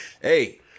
hey